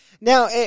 Now